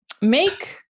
make